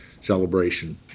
celebration